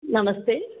नमस्ते